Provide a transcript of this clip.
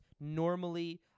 normally